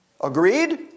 Agreed